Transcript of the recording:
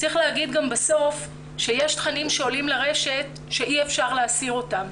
צריך לומר בסוף שיש תכנים שעולים לרשת ואי אפשר להסיר אותם.